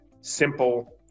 simple